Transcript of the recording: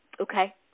Okay